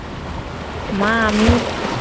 মা আমি